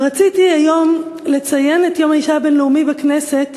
אבל רציתי היום לציין את יום האישה הבין-לאומי בכנסת